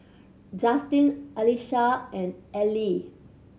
Justen Alesha and Ellyn